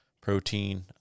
protein